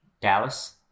dallas